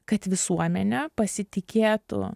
kad visuomenė pasitikėtų